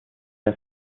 der